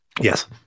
Yes